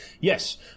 Yes